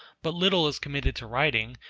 but little is committed to writing,